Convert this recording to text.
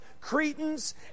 cretans